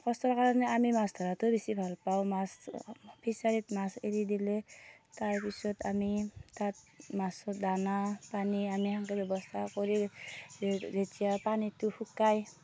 কষ্টৰ কাৰণে আমি মাছ ধৰাতো বেছি ভালপাওঁ মাছ ফিচাৰিত মাছ এৰি দিলে তাৰপিছত আমি তাত মাছৰ দানা পানী আমি সেনেকে ব্যৱস্থা কৰি যেত যেতিয়া পানীটো শুকায়